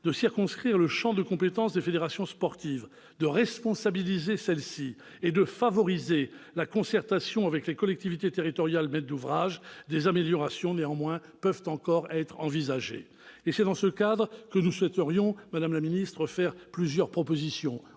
de circonscrire le champ de compétence des fédérations sportives, de responsabiliser celles-ci et de favoriser la concertation avec les collectivités territoriales maîtres d'ouvrage, des améliorations peuvent encore être envisagées. C'est dans ce cadre, madame la ministre, que nous souhaiterions faire plusieurs propositions,